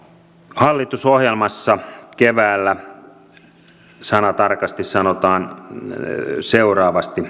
hallitusohjelmassa keväältä sanatarkasti sanotaan seuraavasti